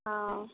অ'